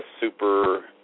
super